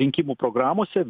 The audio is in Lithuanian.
rinkimų programose